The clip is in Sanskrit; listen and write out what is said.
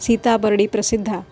सीताबर्डि प्रसिद्धा